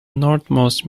northernmost